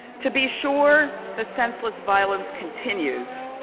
to be sure, the senseless violence continues.